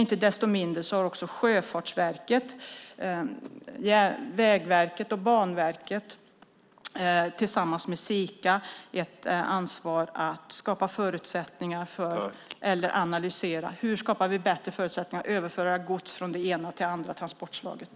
Inte desto mindre har också Sjöfartsverket, Vägverket och Banverket tillsammans med Sika ett ansvar för att analysera hur vi skapar bättre förutsättningar för att överföra gods från det ena till det andra transportslaget.